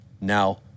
Now